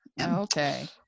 Okay